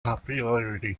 popularity